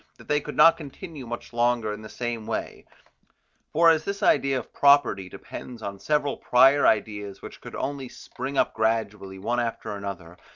that they could not continue much longer in the same way for as this idea of property depends on several prior ideas which could only spring up gradually one after another,